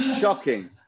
Shocking